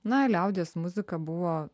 na liaudies muzika buvo